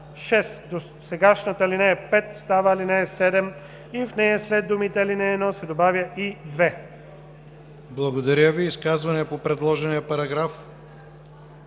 Благодаря Ви. Изказвания по предложения параграф?